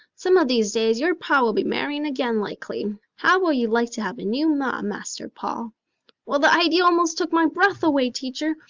some of these days your pa will be marrying again likely. how will you like to have a new ma, master paul well, the idea almost took my breath away, teacher,